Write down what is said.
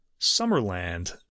Summerland